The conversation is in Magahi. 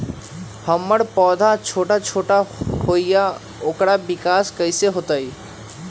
हमर पौधा छोटा छोटा होईया ओकर विकास कईसे होतई?